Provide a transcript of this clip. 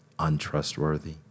untrustworthy